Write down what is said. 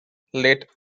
let